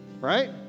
right